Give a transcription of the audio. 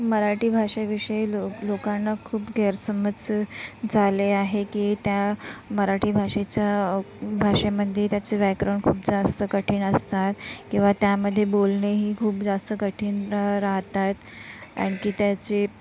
मराठी भाषेविषयी लोक लोकांना खूप गैरसमज झाले आहे की त्या मराठी भाषेच्या भाषेमधे त्याचे व्याकरण खूप जास्त कठीण असतात किंवा त्यामधे बोलणेही खूप जास्त कठीण रा राहतायत आणखी त्याचे